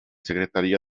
secretaria